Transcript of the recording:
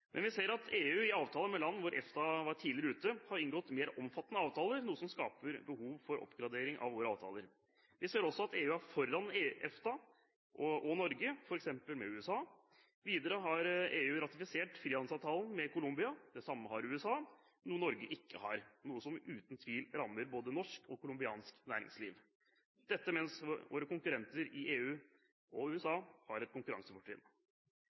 Men vi ser at EU i avtaler med land hvor EFTA var tidligere ute, har inngått mer omfattende avtaler, noe som skaper behov for oppgradering av våre avtaler. Vi ser også at EU er foran EFTA og Norge, f.eks. med USA. Videre har EU ratifisert frihandelsavtalen med Colombia, og det samme har USA, noe Norge ikke har, og noe som uten tvil vil ramme både norsk og colombiansk næringsliv. Dette mens våre konkurrenter i EU, og USA, har et konkurransefortrinn.